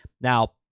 Now